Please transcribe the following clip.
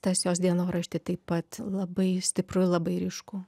tas jos dienorašty taip pat labai stipru ir labai ryšku